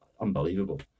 unbelievable